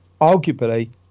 arguably